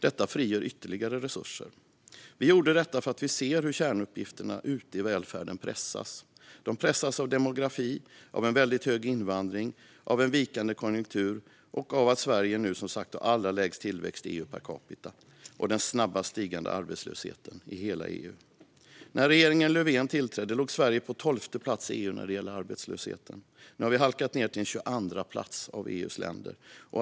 Detta frigör ytterligare resurser. Vi gjorde detta för att vi ser hur kärnuppgifterna ute i välfärden pressas. De pressas av demografi, av en väldigt hög invandring, av en vikande konjunktur och av att Sverige nu, som sagt, har allra lägst tillväxt i EU per capita och den snabbast stigande arbetslösheten i hela EU. När regeringen Löfven tillträdde låg Sverige på 12:e plats i EU när det gäller arbetslösheten. Nu har vi halkat ned till 22:a plats av EU:s länder.